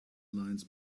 lines